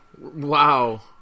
wow